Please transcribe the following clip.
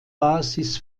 basis